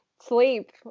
sleep